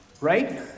Right